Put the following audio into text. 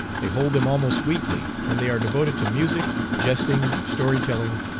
they hold them almost weekly, and they are devoted to music, jesting, story-telling,